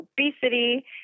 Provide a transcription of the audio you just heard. obesity